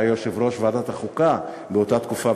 שהיה יושב-ראש ועדת החוקה באותה תקופה,